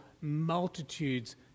multitudes